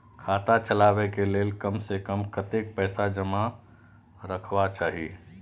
खाता चलावै कै लैल कम से कम कतेक पैसा जमा रखवा चाहि